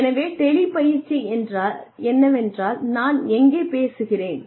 எனவே டெலி பயிற்சி என்றால் என்னவென்றால் நான் எங்கே பேசுகிறேன்